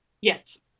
Yes